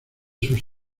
sus